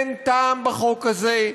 אין טעם בחוק הזה,